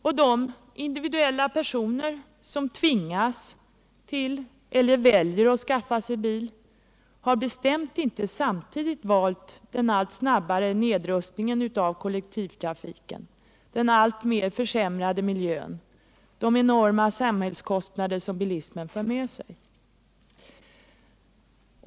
Och de personer som tvingas eller väljer att skaffa sig bil har inte samtidigt valt den allt snabbare nedrustningen av kollektivtrafiken, den alltmer försämrade miljön och de enorma samhällskostnader som bilismen för med sig.